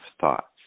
thoughts